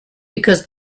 because